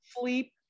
sleep